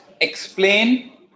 explain